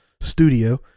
studio